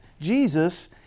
Jesus